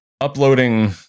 uploading